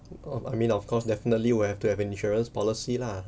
um I mean of course definitely will have to have an insurance policy lah